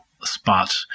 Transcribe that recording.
spot